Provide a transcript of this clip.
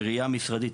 בראייה משרדית,